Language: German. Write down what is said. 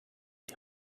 die